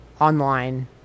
online